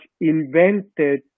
invented